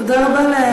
תודה רבה על ההערה.